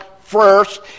first